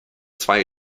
zwei